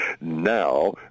now